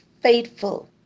faithful